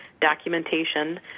documentation